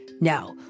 Now